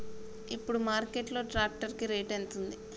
ఇప్పుడు మార్కెట్ లో ట్రాక్టర్ కి రేటు ఎంత ఉంది?